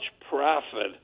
profit